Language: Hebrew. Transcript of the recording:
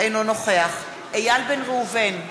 אינו נוכח איל בן ראובן,